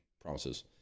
promises